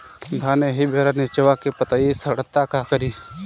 धान एही बेरा निचवा के पतयी सड़ता का करी?